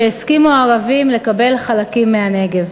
משהסכימו הערבים לקבל חלקים מהנגב.